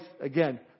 again